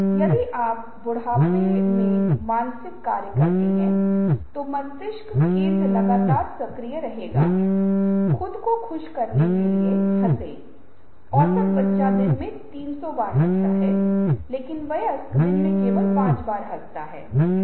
और यह संगठन में सभी सदस्यों सभी हितधारकों को भेजा जाता है